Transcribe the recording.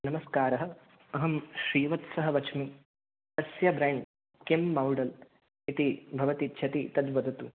नमस्कारः अहं श्रीवत्सः वच्मि कस्य ब्रेण्ड् किं माडल् इति भवति इच्छति तद्वदतु